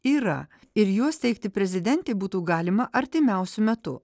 yra ir juos teikti prezidentei būtų galima artimiausiu metu